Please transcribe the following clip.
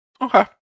Okay